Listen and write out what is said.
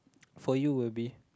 for you will be